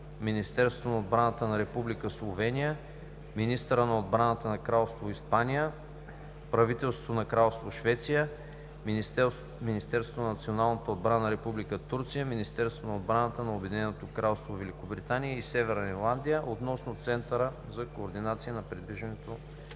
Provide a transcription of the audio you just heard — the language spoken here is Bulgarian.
Министерството на отбраната на Република Словения, министъра на отбраната на Кралство Испания, Правителството на Кралство Швеция, Министерството на националната отбрана на Република Турция, Министерството на отбраната на Обединеното кралство Великобритания и Северна Ирландия относно Центъра за координация на придвижването